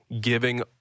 giving